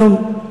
היום.